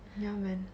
yeah man